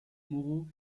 moraux